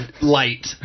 light